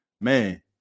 man